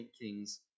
Kings